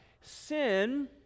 sin